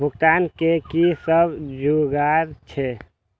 भुगतान के कि सब जुगार छे?